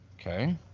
Okay